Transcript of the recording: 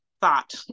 thought